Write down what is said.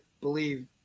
believe